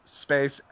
space